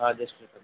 just return